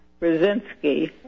Brzezinski